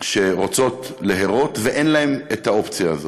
שרוצות להרות ואין להן האופציה הזאת.